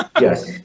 Yes